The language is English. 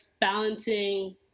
balancing